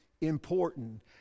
important